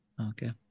Okay